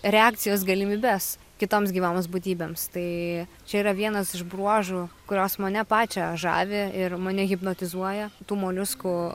reakcijos galimybes kitoms gyvoms būtybėms tai čia yra vienas iš bruožų kurios mane pačią žavi ir mane hipnotizuoja tų moliuskų